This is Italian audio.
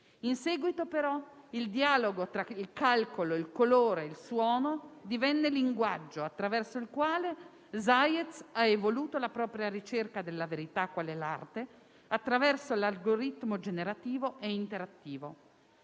In seguito, però, il dialogo tra il calcolo, il colore e il suono divenne linguaggio attraverso il quale Zajec ha evoluto la propria ricerca della verità qual è l'arte attraverso l'algoritmo generativo e interattivo.